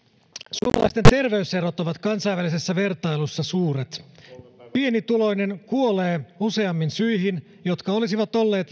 suomalaisten terveyserot ovat kansainvälisessä vertailussa suuret pienituloinen kuolee useammin syihin jotka olisivat olleet